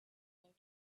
going